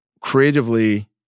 creatively